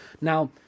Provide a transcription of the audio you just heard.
Now